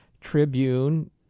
Tribune